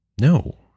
No